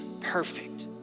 perfect